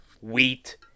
wheat